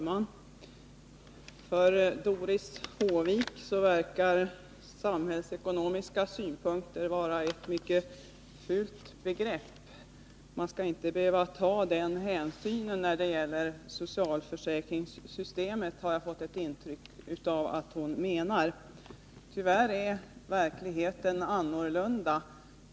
Herr talman! Samhällsekonomiska synpunkter verkar vara ett mycket fult begrepp för Doris Håvik. Jag har fått ett intryck av att hon menar att man inte skall behöva ta den hänsynen när det gäller socialförsäkringssystemet. Tyvärr är verkligheten annorlunda.